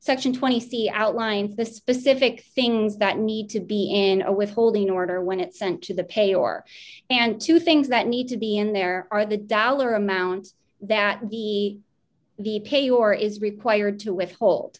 section twenty c outlines the specific things that need to be in a withholding order when it sent to the pay or and to things that need to be in there are the dollar amounts that the the pay or is required to withhold